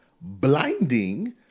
blinding